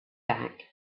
back